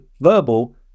Verbal